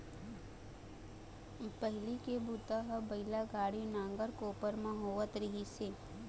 पहिली के बूता ह बइला गाड़ी, नांगर, कोपर म होवत रहिस हे